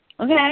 Okay